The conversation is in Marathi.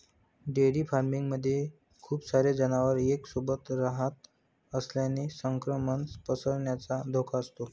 डेअरी फार्मिंग मध्ये खूप सारे जनावर एक सोबत रहात असल्याने संक्रमण पसरण्याचा धोका असतो